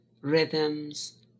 rhythms